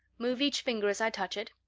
move each finger as i touch it.